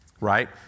Right